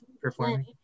performing